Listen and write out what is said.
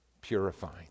purifying